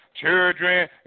children